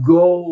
go